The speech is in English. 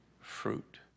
fruit